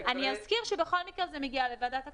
אני אזכיר שבכל מקרה זה מגיע לוועדת הכלכלה.